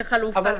כחלופה.